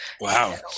wow